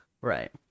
Right